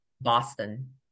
boston